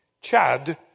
Chad